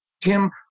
Tim